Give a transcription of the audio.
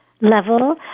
level